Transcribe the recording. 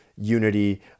unity